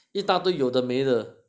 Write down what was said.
那一大堆有的没的